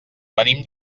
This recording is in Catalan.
venim